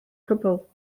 cwbl